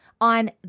on